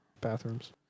bathrooms